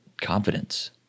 confidence